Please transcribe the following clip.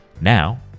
now